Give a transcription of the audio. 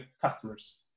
customers